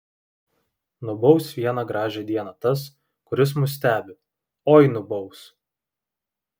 nubaus vieną gražią dieną tas kuris mus stebi oi nubaus